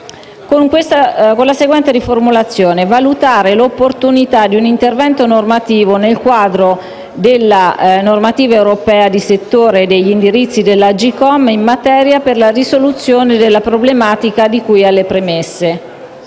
nel seguente modo: «a valutare l'opportunità di un intervento normativo, nel quadro della normativa europea di settore e degli indirizzi dell'Agcom in materia per la risoluzione della problematica di cui alle premesse».